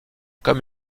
comme